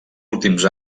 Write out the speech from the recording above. últims